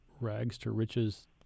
rags-to-riches